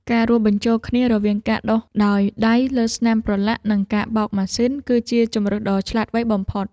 ការរួមបញ្ចូលគ្នារវាងការដុសដោយដៃលើស្នាមប្រឡាក់ និងការបោកម៉ាស៊ីន គឺជាជម្រើសដ៏ឆ្លាតវៃបំផុត។